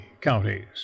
counties